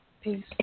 Peace